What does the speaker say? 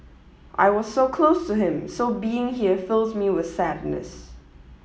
I was so close to him so being here fills me with sadness